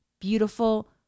beautiful